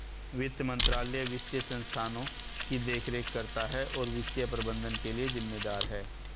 वित्त मंत्रालय वित्तीय संस्थानों की देखरेख करता है और वित्तीय प्रबंधन के लिए जिम्मेदार है